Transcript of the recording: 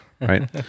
right